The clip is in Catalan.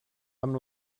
amb